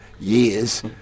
years